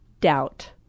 doubt